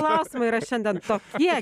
klausimai yra šiandien tokie